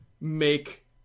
make